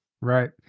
Right